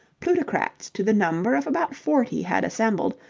plutocrats to the number of about forty had assembled,